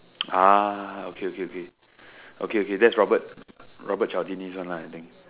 okay okay okay okay okay that's Robert Robert Charles Tini one I think